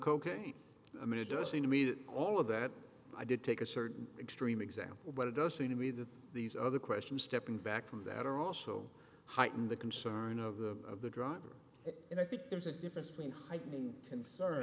cocaine i mean a dirty to me that all of that i did take a certain extreme example but it does seem to me that these other questions stepping back from that are also heighten the concern of the of the driver and i think there's a difference between heightening